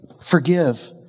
forgive